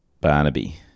Barnaby